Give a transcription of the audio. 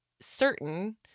certain